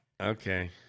Okay